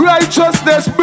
Righteousness